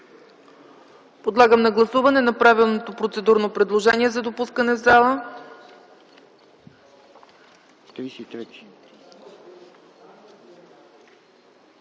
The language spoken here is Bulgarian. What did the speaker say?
Подлагам на гласуване направеното процедурно предложение за удължаване на